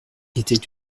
était